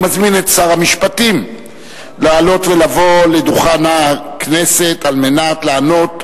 אני מזמין את שר המשפטים לעלות לדוכן הכנסת על מנת לענות